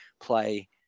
play